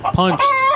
punched